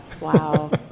Wow